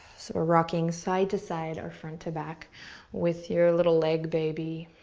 so we're rocking side-to-side or front to back with your little leg baby.